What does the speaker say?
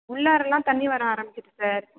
உள்ளாரயெலாம் தண்ணி வர ஆரம்பிச்சிடுச்சு சார்